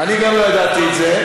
גם אני לא ידעתי את זה.